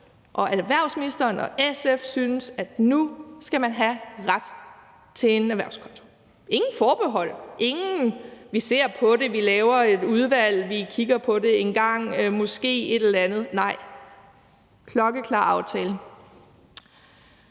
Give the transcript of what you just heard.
at erhvervsministeren og SF synes, at nu skal man have ret til en erhvervskonto. Der var ingen forbehold, ingen »vi ser på det, vi laver et udvalg, vi kigger på det engang, vi gør måske et eller andet«. Nej, det var en klokkeklar aftale.